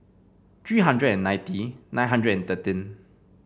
three hundred and ninety nine hundred and thirteen